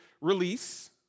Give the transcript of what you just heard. release